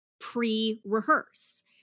pre-rehearse